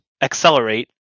Accelerate